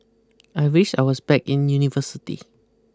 I wish I was back in university